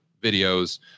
videos